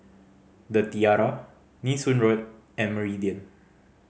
The Tiara Nee Soon Road and Meridian